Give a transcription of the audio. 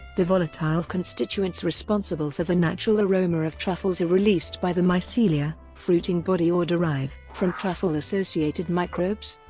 the volatile constituents responsible for the natural aroma of truffles are released by the mycelia, fruiting body or derive from truffle-associated microbes.